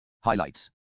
Highlights